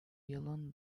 yılın